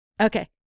Okay